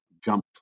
Jump